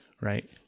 right